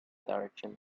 direction